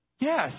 Yes